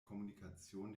kommunikation